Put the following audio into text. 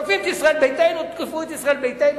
תוקפים את ישראל ביתנו, תתקפו את ישראל ביתנו.